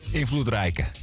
invloedrijke